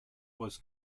was